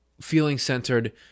feeling-centered